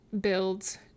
builds